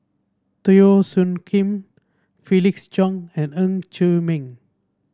Teo Soon Kim Felix Cheong and Ng Chee Meng